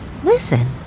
Listen